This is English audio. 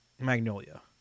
Magnolia